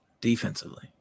Defensively